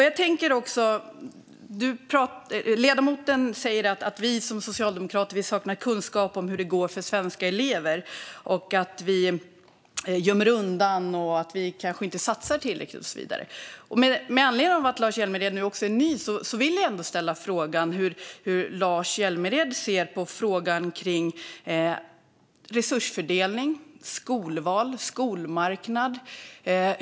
Lars Hjälmered säger att Socialdemokraterna saknar kunskap om hur det går för svenska elever, att vi gömmer undan och att vi inte satsar tillräckligt. Med anledning av att Lars Hjälmered är ny i utskottet vill jag ställa frågan hur han ser på resursfördelning, skolval och skolmarknad.